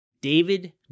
David